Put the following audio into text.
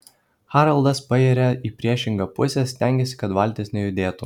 haraldas pairia į priešingą pusę stengiasi kad valtis nejudėtų